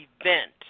event